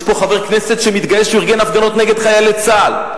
יש פה חבר כנסת שמתגאה שהוא ארגן הפגנות נגד חיילי צה"ל.